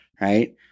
right